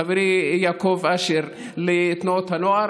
חברי יעקב אשר, לתנועות הנוער.